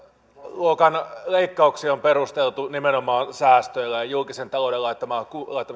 luokan leikkauksia on perusteltu nimenomaan säästöillä ja julkisen talouden laittamisella